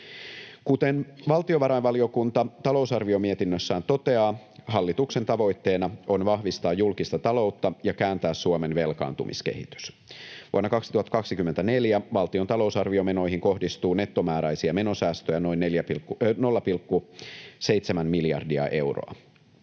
Kuten valtiovarainvaliokunta talousarviomietinnössään toteaa, hallituksen tavoitteena on vahvistaa julkista taloutta ja kääntää Suomen velkaantumiskehitys. Vuonna 2024 valtion talousarviomenoihin kohdistuu nettomääräisiä menosäästöjä noin 0,7 miljardia euroa.